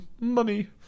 Money